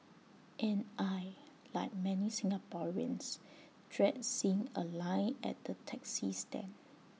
and I Like many Singaporeans dread seeing A line at the taxi stand